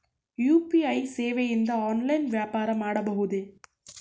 UPI ಸೇವೆಯಿಂದ online ವ್ಯವಹಾರ ಮಾಡಬಹುದೇ?